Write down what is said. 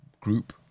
group